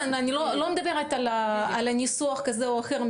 אני לא מדברת על ניסוח משפטי כזה או אחר,